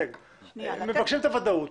מבקשים את הוודאות.